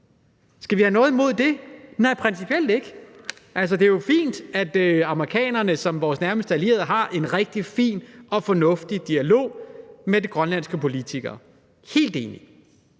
Skal vi have noget imod det? Nej, principielt ikke. Altså, det er jo fint, at amerikanerne som vores nærmeste allierede har en rigtig fin og fornuftig dialog med de grønlandske politikere – det er